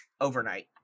overnight